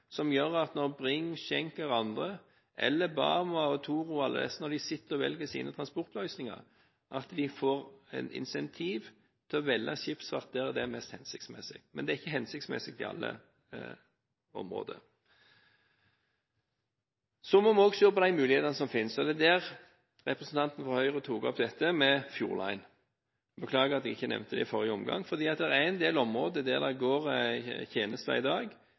som gjør at når Bring, Schenker og andre – eller Bama, Toro etc. – velger sine transportløsninger, så får de et incentiv til å velge skipsfart der det er mest hensiktsmessig, men det er ikke hensiktsmessig i alle områder. Så må vi også se på de mulighetene som finnes, og representanten fra Høyre tok opp dette med Fjordline – beklager at jeg ikke nevnte det i forrige omgang. Det er en del områder der det går tjenester i dag,